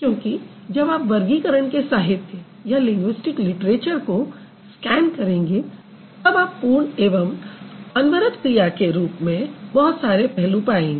क्योंकि जब आप वर्गीकरण के साहित्य को स्कैन करेंगे तब आप पूर्ण एवं अनवरत क्रिया रूप के संदर्भ में बहुत सारे पहलू पाएंगे